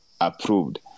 approved